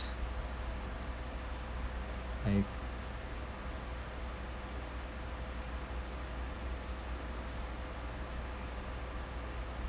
I